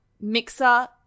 Mixer